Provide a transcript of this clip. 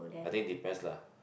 I think depends lah